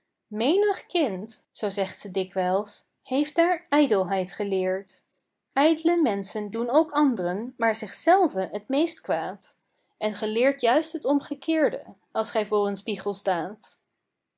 menig kind zoo zegt ze dikwijls heeft daar ijdelheid geleerd ijd'le menschen doen ook and'ren maar zichzelven t meeste kwaad en ge leert juist t omgekeerde als gij voor een spiegel staat